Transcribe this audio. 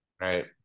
Right